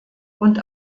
und